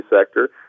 sector